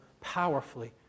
powerfully